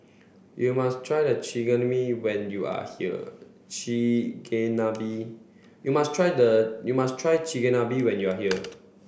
you must try Chigenabe when you are here Chigenabe you must try the you must try Chigenabe when you are here